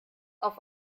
auf